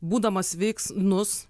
būdamas veiksnus